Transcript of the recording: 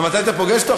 מתי אתה פוגש אותו?